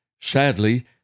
Sadly